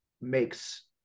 makes